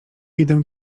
idę